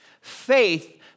Faith